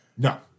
No